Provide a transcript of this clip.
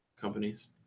companies